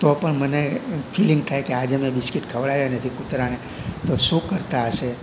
તો પણ મને ફીલિંગ થાય કે આજે મેં બિસ્કિટ ખવડાવ્યા નથી કુતરાને તો શું કરતાં હશે